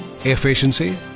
efficiency